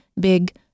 big